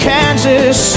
Kansas